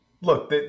Look